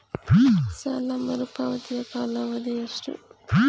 ಸಾಲ ಮರುಪಾವತಿಯ ಕಾಲಾವಧಿ ಎಷ್ಟು?